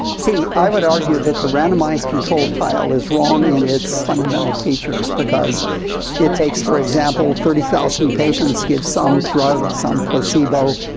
see, i would argue that the randomised control trial is wrong in its fundamental features, because it takes, for example, thirty thousand patients, give some drugs, some placebo,